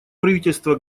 правительство